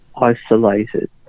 isolated